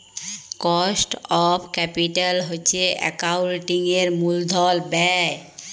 cost of capital হছে একাউল্টিংয়ের মূলধল ব্যায়